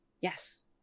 Yes